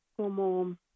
como